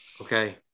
okay